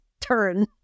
turn